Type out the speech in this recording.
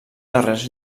darrers